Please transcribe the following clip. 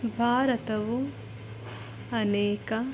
ಭಾರತವು ಅನೇಕ